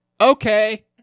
Okay